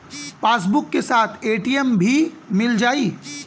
Passbook के साथ ATM भी मील जाई?